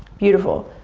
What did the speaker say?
beautiful,